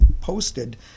posted